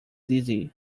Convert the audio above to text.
dizzy